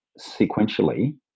sequentially